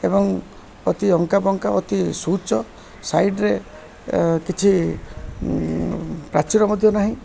ଏବଂ ଅତି ଅଙ୍କା ବଙ୍କା ଅତି ସୂଚ ସାଇଡ଼୍ରେ କିଛି ପ୍ରାଚୀର ମଧ୍ୟ ନାହିଁ